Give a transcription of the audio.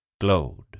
glowed